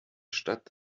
stadt